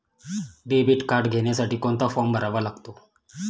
Debit card घेण्यासाठी कोणता form भरावा लागतो?